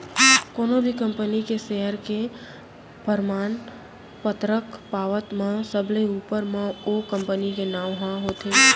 कोनो भी कंपनी के सेयर के परमान पतरक पावत म सबले ऊपर म ओ कंपनी के नांव ह होथे